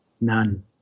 None